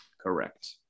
Correct